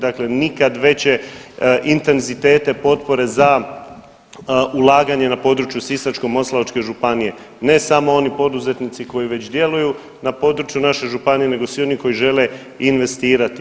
Dakle, nikad veće intenzitete potpore za ulaganje na području Sisačko-moslavačke županije ne samo oni poduzetnici koji već djeluju na području naše županije, nego svi oni koji žele investirati.